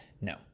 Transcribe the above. No